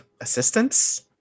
assistance